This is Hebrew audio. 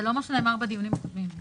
זה לא מה שנאמר בדיון הקודם.